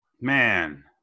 Man